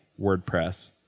WordPress